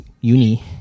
uni